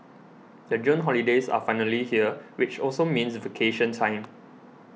the June holidays are finally here which also means vacation time